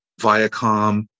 Viacom